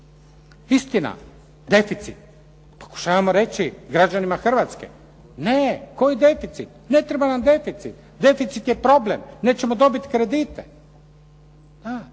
Istina deficit, pokušavamo reći građanima Hrvatske ne koji deficit, ne treba nam deficit, deficit je problem, nećemo dobit kredite.